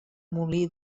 molí